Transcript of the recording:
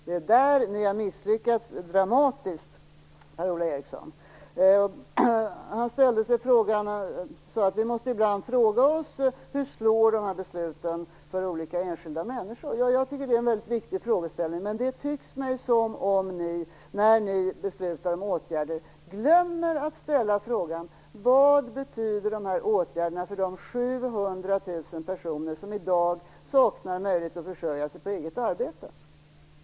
Det är där ni har misslyckats dramatiskt, Per-Ola Eriksson. Per-Ola Eriksson sade att vi ibland måste fråga oss hur de här besluten slår för olika enskilda människor. Jag tycker också att det är en väldigt viktig frågeställning, men det tycks mig som om ni när ni beslutar om åtgärder glömmer att ställa frågan: Vad betyder de här åtgärderna för de 700 000 personer som i dag saknar möjlighet att försörja sig på eget arbete?